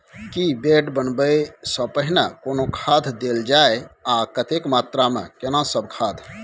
की bed बनबै सॅ पहिने कोनो खाद देल जाय आ कतेक मात्रा मे केना सब खाद?